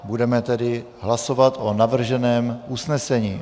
Budeme tedy hlasovat o navrženém usnesení.